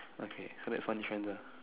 okay so like funny trends ah